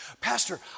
Pastor